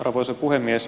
arvoisa puhemies